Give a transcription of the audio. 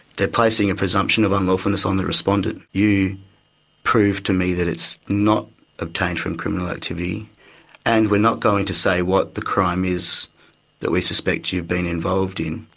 they are placing a presumption of unlawfulness on the respondent. you prove to me that it's not obtained from criminal activity and we are not going to say what the crime is that we suspect you of being involved in,